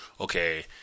okay